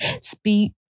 Speak